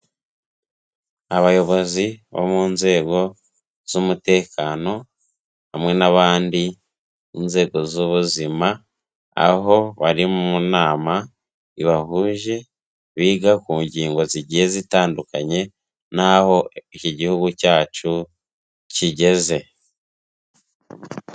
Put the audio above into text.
Abayobozi bo mu nzego z'umutekano, hamwe n'abandi, inzego z'ubuzima, aho bari mu nama ibahuje, biga ku ngingo zigiye zitandukanye n'aho iki gihugu cyacu kigeze.